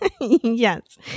Yes